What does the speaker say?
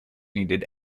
needed